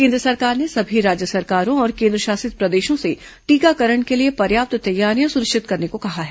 केंद्र सरकार ने सभी राज्य सरकारों और केंद्रशासित प्रदेशों से टीकाकरण के लिए पर्याप्त तैयारियां सुनिश्चित करने को कहा है